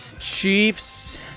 Chiefs